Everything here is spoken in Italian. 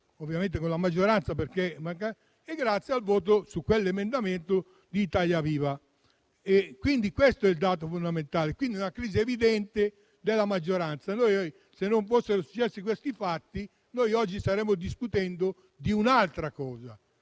votato con la maggioranza, e grazie al voto su quell'emendamento di Italia Viva. Quindi il dato fondamentale è una crisi evidente della maggioranza, perché se non fossero successi questi fatti, oggi staremmo discutendo di un'altra cosa,